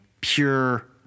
pure